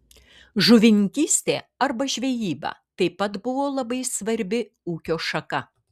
žuvininkystė arba žvejyba taip pat buvo labai svarbi ūkio šaka